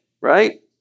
right